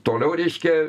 toliau reiškia